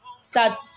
start